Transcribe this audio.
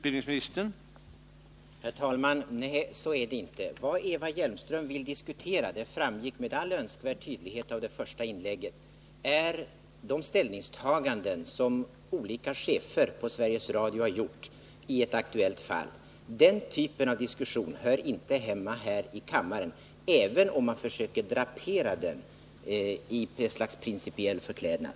Herr talman! Nej, så är det inte. Vad Eva Hjelmström vill diskutera — det framgick med all önskvärd tydlighet av det första inlägget — är de ställningstaganden som olika chefer på Sveriges Radio har gjort i ett aktuellt fall. Den typen av diskussion hör inte hemma här i kammaren, även om man försöker drapera den i ett slags principiell förklädnad.